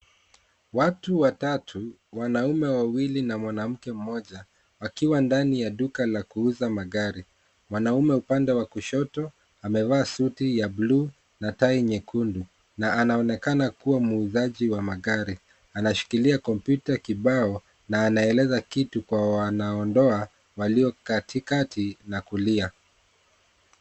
Watu watatu wanaume wawili na mwanamke moja wakiwa ndani ya duka la kuuza magari, mwanaume upande wa kushoto amevaa suti ya blue na tai nyekundu anaonekana kuwa muuzaji wa magari, anashikilia kompyuta kibao na anaeleza kitu kwa wanaondoa walio katikati na kulia.